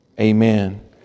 Amen